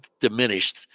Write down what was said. diminished